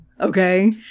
okay